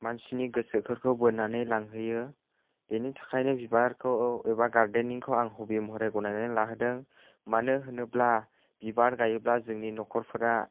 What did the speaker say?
मानसिनि गोसोफोरखौ बोनानै लांहोयो बेनि थाखायनि बिबारखौ एबा गारदेनिंखौ आं हबि महरै गनायनानै लाहोदों मानो होनोब्ला बिबार गायोब्ला जोंनि न'खरफोरा